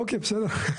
אוקיי, בסדר.